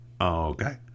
okay